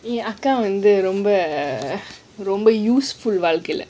என் அக்கா வந்து ரொம்ப உசெபிஉல் வாழ்க்கை ல:en akkaa vandthu rompa usepiul vaazhkkai la